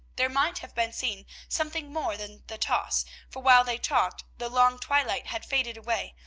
there might have been seen something more than the toss for while they talked, the long twilight had faded away,